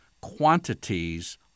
quantities